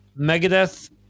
Megadeth